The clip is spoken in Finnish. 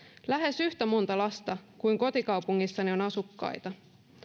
lähes yhtä monta lasta kuin kotikaupungissani on asukkaita